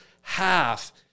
half